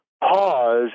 pause